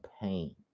pain